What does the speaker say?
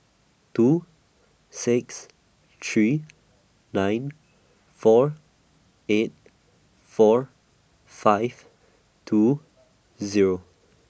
two six three nine four eight four five two Zero